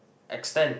extend